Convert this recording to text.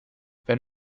wenn